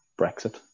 Brexit